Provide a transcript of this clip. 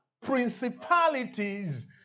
principalities